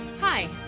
Hi